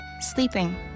Sleeping